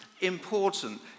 important